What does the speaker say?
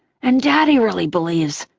and daddy really believes,